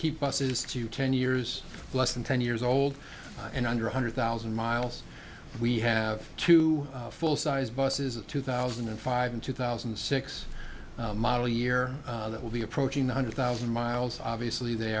keep buses to ten years less than ten years old and under one hundred thousand miles we have two full sized buses of two thousand and five in two thousand and six model year that will be approaching one hundred thousand miles obviously they